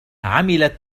عملت